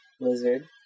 lizard